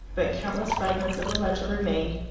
but countless fragments of the letter remained,